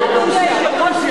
אדוני היושב-ראש,